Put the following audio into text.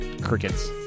Crickets